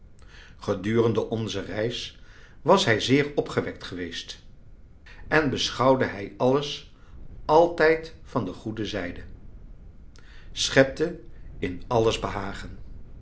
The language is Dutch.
gedurende onze reis was hij zeer opgewekt geweest en beschouwde hij alles altijd van de goede zijde schepte in alles behagen